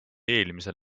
eelmisel